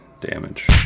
damage